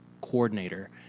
coordinator